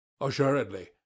Assuredly